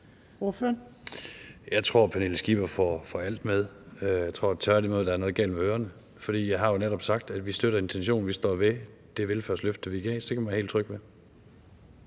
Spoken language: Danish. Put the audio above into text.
Jeg tror, Pernille Skipper får alt med. Jeg tror tværtimod, der er noget galt med ørerne. For jeg har jo netop sagt, at vi støtter intentionen. Vi står ved det velfærdsløfte, vi gav. Så det kan man være helt tryg ved.